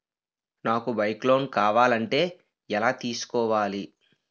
నాకు bike loan కావాలంటే ఎలా తీసుకోవాలి?